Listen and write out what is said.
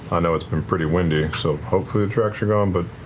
i know it's been pretty windy, so hopefully the tracks are gone, but